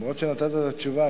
אף-על-פי שנתת את התשובה,